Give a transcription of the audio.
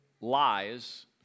lies